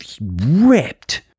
ripped